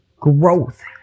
Growth